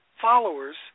followers